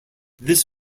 this